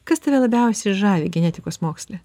kas tave labiausiai žavi genetikos moksle